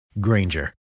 Granger